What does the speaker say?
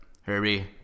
Herbie